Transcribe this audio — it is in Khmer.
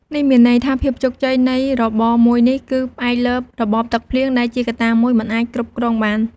នេះមានន័យថា ភាពជោគជ័យនៃរបរមួយនេះគឺផ្អែកលើរបបទឹកភ្លៀង ដែលជាកត្តាមួយមិនអាចគ្រប់គ្រងបាន។